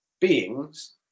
beings